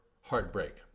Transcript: heartbreak